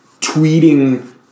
tweeting